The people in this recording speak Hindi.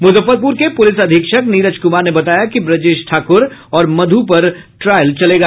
मुजफ्फरपुर के पुलिस अधीक्षक नीरज कुमार ने बताया कि ब्रजेश ठाकुर और मधु पर ट्रायल चलेगा